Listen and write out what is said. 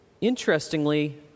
interestingly